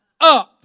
up